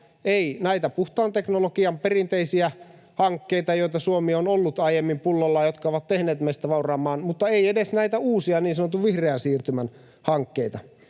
ei näitä puhtaan teknologian perinteisiä hankkeita, joita Suomi on ollut aiemmin pullollaan, jotka ovat tehneet meistä vauraamman, mutta ei edes näitä uusia, niin sanotun vihreän siirtymän hankkeita.